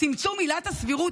צמצום עילת הסבירות.